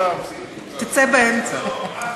תצא באמצע.